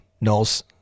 knows